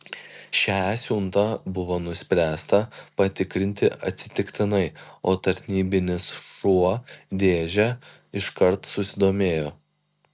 šią siuntą buvo nuspręsta patikrinti atsitiktinai o tarnybinis šuo dėže iškart susidomėjo